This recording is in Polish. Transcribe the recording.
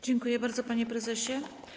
Dziękuję bardzo, panie prezesie.